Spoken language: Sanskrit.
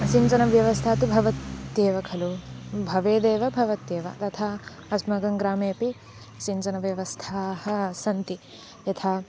सिञ्चनव्यवस्था तु भवत्येव खलु भवेदेव भवत्येव तथा अस्माकं ग्रामेपि सिञ्चनव्यवस्थाः सन्ति यथा